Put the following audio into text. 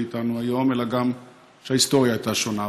איתנו היום אלא גם ההיסטוריה הייתה שונה.